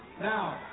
Now